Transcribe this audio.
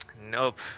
Nope